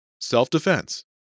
Self-defense